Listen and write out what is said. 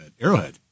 Arrowhead